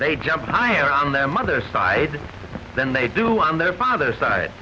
they jump higher on their mother's side than they do on their father's side